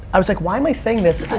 i was, like, why am i saying this?